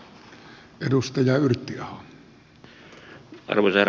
arvoisa herra puhemies